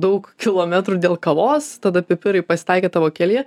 daug kilometrų dėl kavos tada pipirai pasitaikė tavo kelyje